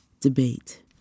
debate